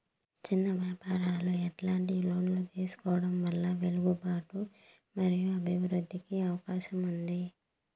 చిన్న వ్యాపారాలు ఎట్లాంటి లోన్లు తీసుకోవడం వల్ల వెసులుబాటు మరియు అభివృద్ధి కి అవకాశం ఉంది?